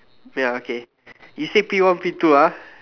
ya okay you say P one P two ah